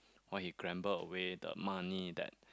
why he gamble away the money that